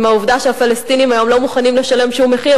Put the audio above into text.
העובדה שפלסטינים היום לא מוכנים לשלם שום מחיר,